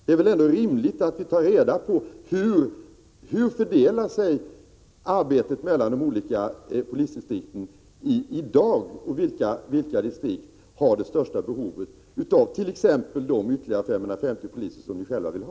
Det är väl ändå rimligt att ta reda på hur arbetet fördelar sig mellan de olika polisdistrikten i dag och vilka polisdistrikt som har det största behovet av t.ex. de ytterligare 550 poliser som ni själva vill ha.